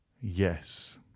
Yes